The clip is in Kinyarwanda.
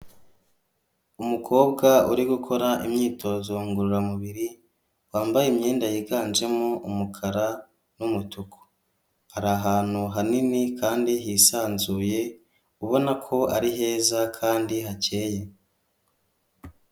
Umukobwa uri gukora imyitozo ngororamubiri wambaye imyenda yiganjemo umukara n'umutuku ,ari ahantu hanini kandi hisanzuye ubona ko ari heza kandi hakeye.